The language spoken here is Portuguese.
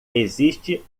existe